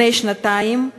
בני שנתיים,